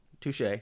Touche